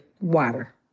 water